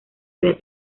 había